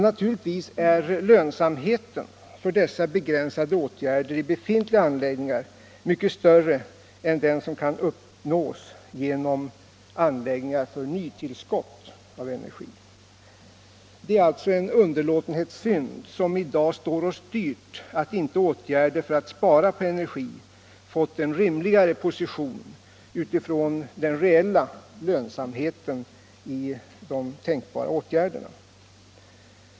Naturligtvis är lönsamheten för dessa begränsade åtgärder i befintliga anläggningar mycket större än den som kan uppnås genom nytillskott av energi. Det är alltså en underlåtenhetssynd som i dag står oss dyrt att inte åtgärder för att spara på energi fått en rimligare position mot bakgrunden av den reella lönsamheten av de tänk bara åtgärderna.